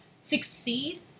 succeed